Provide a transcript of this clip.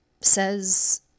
says